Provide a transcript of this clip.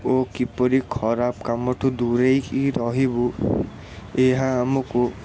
ଓ କିପରି ଖରାପ କାମଠୁ ଦୂରେଇକି ରହିବୁ ଏହା ଆମକୁ